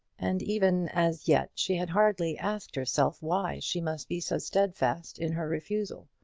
and even as yet she had hardly asked herself why she must be so steadfast in her refusal.